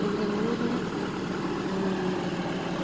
எங்கள் ஊரில்